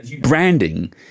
branding